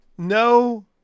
No